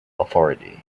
authority